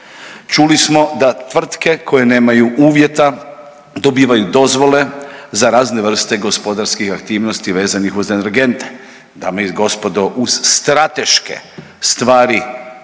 Čuli smo da tvrtke koje nemaju uvjeta dobivaju dozvole za razne vrste gospodarskih aktivnosti vezanih uz energente, dame i gospodo uz strateške stvari